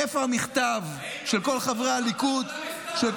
איפה המכתב של כל חברי הליכוד, אם